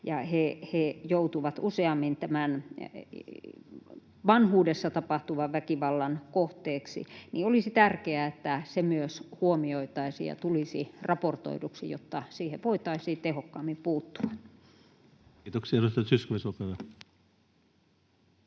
ja he joutuvat useammin tämän vanhuudessa tapahtuvan väkivallan kohteeksi — kohdistuva väkivalta huomioitaisiin ja tulisi raportoiduksi, jotta siihen voitaisiin tehokkaammin puuttua. [Speech